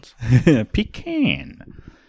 Pecan